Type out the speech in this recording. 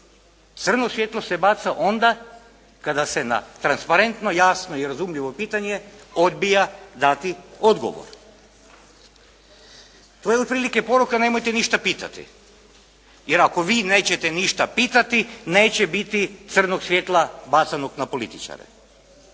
Crno svjetlo se baca onda kada se na transparentno jasno i razumljivo pitanje odbija dati odgovor. To je otprilike poruka nemojte ništa pitati, jer ako vi nećete ništa pitati neće biti crnog svjetla bacanog na političare.